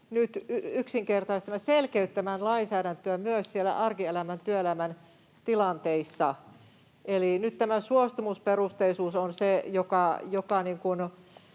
selkeyttämään lainsäädäntöä myös siellä arkielämän työelämän tilanteissa. Eli nyt tämä suostumusperusteisuus on se, joka